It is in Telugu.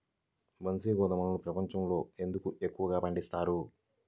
బన్సీ గోధుమను ప్రపంచంలో ఎందుకు ఎక్కువగా పండిస్తారు?